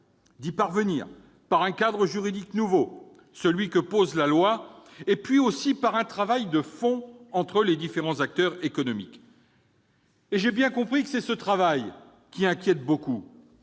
d'y parvenir grâce à un cadre juridique nouveau, celui que pose la loi, et un travail de fond entre les différents acteurs économiques. J'ai bien compris que c'est ce travail qui inquiète beaucoup.